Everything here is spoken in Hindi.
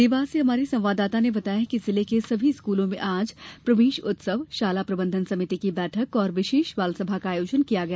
देवास से हमारे संवाददाता ने बताया है कि जिले के सभी स्कूलों में आज प्रवेश उत्सव शाला प्रबंधन समिति की बैठक और विशेष बालसभा का आयोजन किया गया